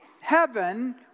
heaven